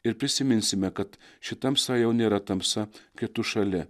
ir prisiminsime kad ši tamsa jau nėra tamsa kai tu šalia